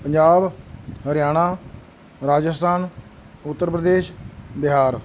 Punjab Haryana Rajasthan Uttar Pradesh Bihar